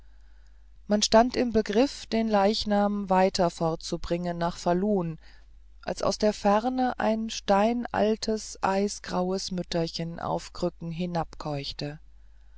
man stand im begriff den leichnam weiter fortzubringen nach falun als aus der ferne ein steinaltes eisgraues mütterchen auf